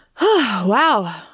Wow